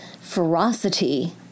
ferocity